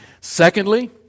secondly